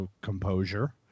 composure